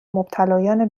مبتلایان